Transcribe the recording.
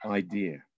idea